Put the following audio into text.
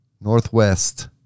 Northwest